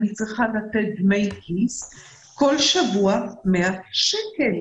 אני צריכה לתת דמי כיס כל שבוע 100 שקל.